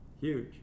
Huge